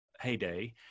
heyday